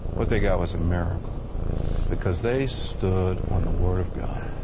what they got was a miracle because they stood on the word of god.